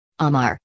Amar